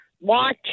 watch